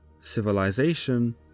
civilization